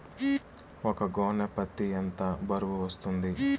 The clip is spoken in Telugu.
ఒక గోనె పత్తి ఎంత బరువు వస్తుంది?